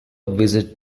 visit